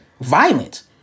violent